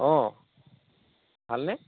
অ ভালনে